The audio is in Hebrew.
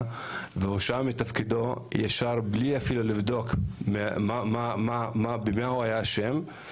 והוא הושעה מתפקידו בלי אפילו לבדוק במה הוא היה אשם.